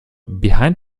behind